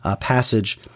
passage